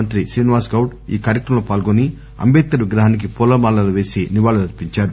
మంత్రి శ్రీనివాస్గౌడ్ ఈ కార్యక్రమంలో పాల్గొని అంబేడ్కర్ విగ్రహానికి పూలమాలలు పేసి నివాళులు అర్పించారు